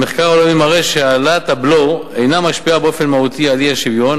המחקר העולמי מראה שהעלאת הבלו אינה משפיעה באופן מהותי על האי-שוויון.